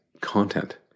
content